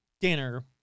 dinner